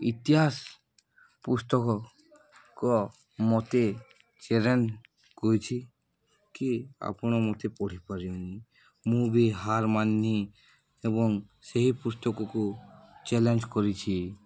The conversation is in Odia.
ଇତିହାସ ପୁସ୍ତକଙ୍କ ମୋତେ ଚ୍ୟାଲେଞ୍ଜ କରିଛି କି ଆପଣ ମୋତେ ପଢ଼ିପାରିବେନି ମୁଁ ବି ହାର ମାନ୍ନି ଏବଂ ସେହି ପୁସ୍ତକକୁ ଚ୍ୟାଲେଞ୍ଜ କରିଛି